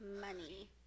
Money